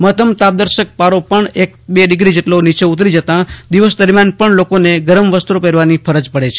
મહત્તમ તાપમાન દર્શક પારો પણ એક બે ડીગ્રી જેટલો નીચો ઉતારી જતા દિવસ દરમિયાન પણ લોકોને ગરમ વસ્ત્રો પહેરવાની ફરજ પડી હતી